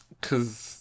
Cause